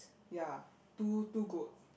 ya two two goats